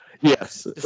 Yes